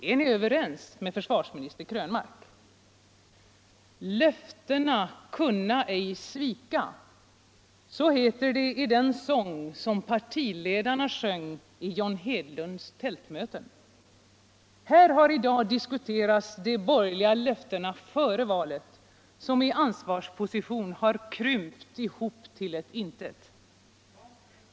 Är ni överens med försvars ”Löftena kunna ej svika” — så heter det i den sång som partiledarna sjöng vid John Hedlunds tältmöten Här har i dag diskuterats de borgerliga löftena före valet, som i ansvarsposition har krymt ihop till ett intet.